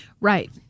Right